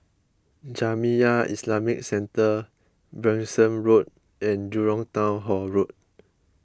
Jamiyah Islamic Centre Branksome Road and Jurong Town Hall Road